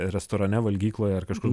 restorane valgykloj ar kažkur